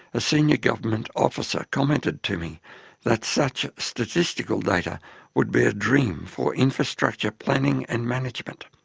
a senior government officer commented to me that such statistical data would be a dream for infrastructure planning and management.